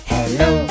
Hello